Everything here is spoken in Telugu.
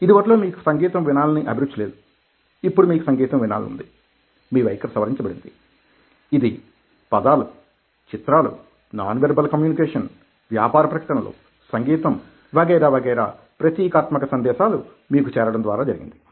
ఇదివరలో మీకు సంగీతం వినాలని అభిరుచి లేదు ఇప్పుడు మీకు సంగీతం వినాలని ఉంది మీ వైఖరి సవరించబడింది ఇది పదాలు చిత్రాలు నాన్ వెర్బల్ కమ్యూనికేషన్ వ్యాపార ప్రకటనలు సంగీతం వగైరా వగైరా ప్రతీకాత్మక సందేశాలు మీకు చేరడం ద్వారా జరిగింది